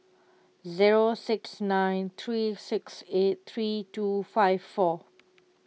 zero six nine three six eight three two five four